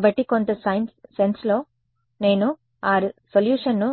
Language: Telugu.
కాబట్టి కొంత సెన్స్లో నేను ఆ సొల్యూషన్ను